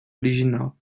original